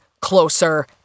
closer